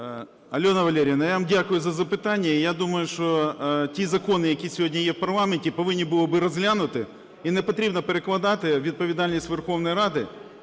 Альона Валеріївна, я вам дякую за запитання. Я думаю, що ті закони, які сьогодні є в парламенті, повинні були би бути розглянуті. І не потрібно перекладати відповідальність Верховної Ради